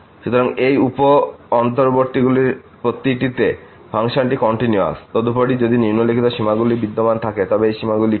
সুতরাং এই উপ অন্তর্বর্তীগুলির প্রতিটিতে ফাংশনটি কন্টিনিউয়াস তদুপরি যদি নিম্নলিখিত সীমাগুলি বিদ্যমান থাকে তবে এই সীমাগুলি কী